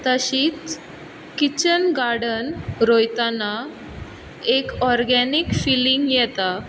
तशीच kitchen garden रोयताना एक ओरगेनीक फिलींग येता